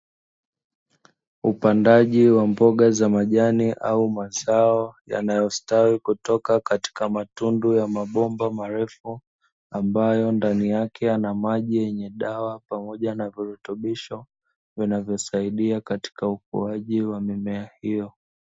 Upandaji wa mboga za majani au mazao yanayostawi kutoka katika matundu ya mabomba marefu, ambayo ndani yake yana maji yenye dawa pamoja na virutubisho vinavyosaidia katika ukuaji wa mimea hiyo.